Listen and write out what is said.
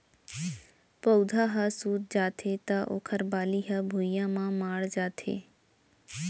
पउधा ह सूत जाथे त ओखर बाली ह भुइंया म माढ़ जाथे